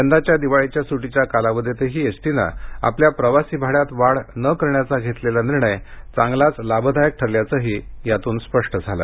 यंदाच्या दिवाळी सुटीच्या कालावधीतही एस टी ने आपल्या प्रवासी भाड्यात वाढ न करण्याचा घेतलेला निर्णय चांगलाच लाभदायक ठरल्याचंही यातून स्पष्ट झालं